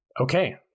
Okay